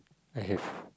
I have